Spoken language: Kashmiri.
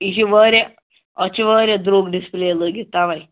یہِ چھُ واریاہ اَتھ چھِ واریاہ درٛۅگ ڈِسپُلے لٲگِتھ تَوے